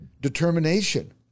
determination